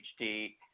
HD